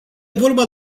vorba